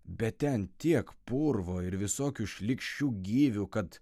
bet ten tiek purvo ir visokių šlykščių gyvių kad